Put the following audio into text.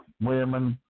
women